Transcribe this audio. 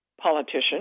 politician